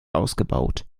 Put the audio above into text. ausgebaut